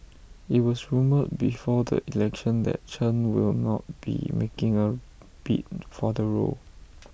IT was rumoured before the election that Chen will not be making A bid for the role